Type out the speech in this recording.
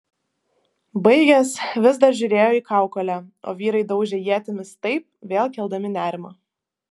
baigęs vis dar žiūrėjo į kaukolę o vyrai daužė ietimis taip vėl keldami nerimą